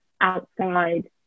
outside